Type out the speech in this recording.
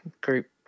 group